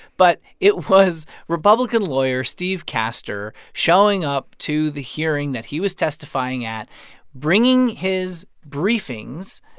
but it was republican lawyer steve castor showing up to the hearing that he was testifying at bringing his briefings.